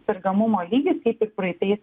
sergamumo lygis kaip ir praeitais